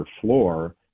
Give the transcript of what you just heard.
floor